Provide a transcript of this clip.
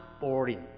boring